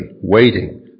waiting